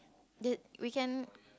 there's we can